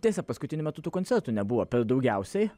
tiesa paskutiniu metu tų koncertų nebuvo per daugiausiai